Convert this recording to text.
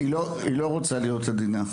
היא לא רוצה להיות עדינה.